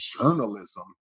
journalism